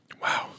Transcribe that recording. Wow